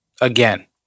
again